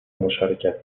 مشارکت